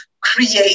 create